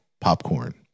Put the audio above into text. popcorn